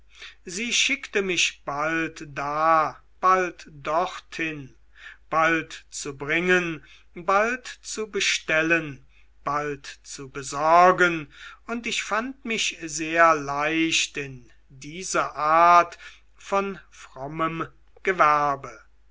sie schickte mich bald da bald dorthin bald zu bringen bald zu bestellen bald zu besorgen und ich fand mich sehr leicht in diese art von frommem gewerbe